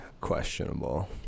questionable